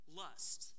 lust